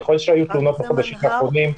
ככל שהיו תלונות בחודשים האחרונים,